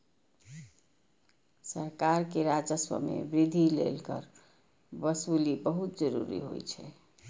सरकार के राजस्व मे वृद्धि लेल कर वसूली बहुत जरूरी होइ छै